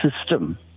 system